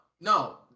no